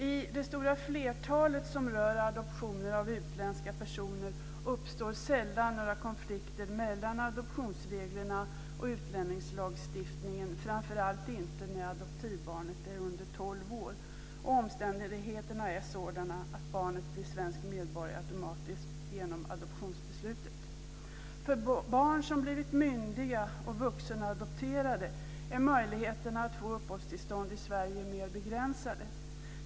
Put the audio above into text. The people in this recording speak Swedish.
I det stora flertalet fall som rör adoptioner av utländska personer uppstår sällan några konflikter mellan adoptionsreglerna och utlänningslagstiftningen, framför allt inte när adoptivbarnet är under tolv år. Omständigheterna är sådana att barnet blir svensk medborgare automatiskt genom adoptionsbeslutet. För barn som blivit myndiga och vuxenadopterade är möjligheterna att få uppehållstillstånd i Sverige mer begränsade.